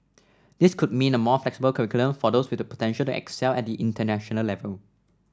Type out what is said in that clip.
this could mean a more flexible curriculum for those with the potential to excel at the international level